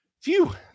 Phew